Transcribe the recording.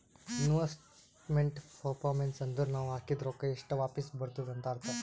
investment performance ಅಂದುರ್ ನಾವ್ ಹಾಕಿದ್ ರೊಕ್ಕಾ ಎಷ್ಟ ವಾಪಿಸ್ ಬರ್ತುದ್ ಅಂತ್ ಅರ್ಥಾ